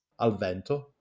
alvento